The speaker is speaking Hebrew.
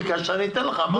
ביקשת, אני אתן לך.